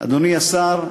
אדוני השר,